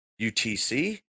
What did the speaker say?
UTC